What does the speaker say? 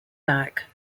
back